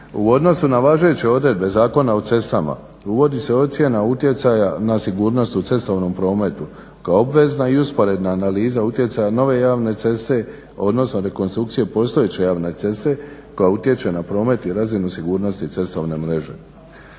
U odnosu na važeće odredbe Zakona o cestama uvodi se ocjena utjecaja na sigurnost u cestovnom prometu kao obvezna i usporedna analiza utjecaja nove javne ceste, odnosno rekonstrukcije postojeće javne ceste koja utječe na promet i razinu sigurnosti cestovne mreže.